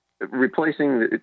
replacing